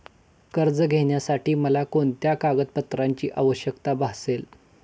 कर्ज घेण्यासाठी मला कोणत्या कागदपत्रांची आवश्यकता भासेल?